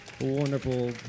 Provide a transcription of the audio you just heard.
wonderful